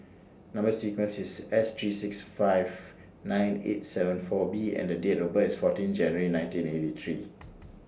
Number sequence IS S three six five nine eight seven four B and The Date of birth IS fourteen January nineteen eighty three